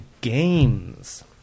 games